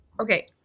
okay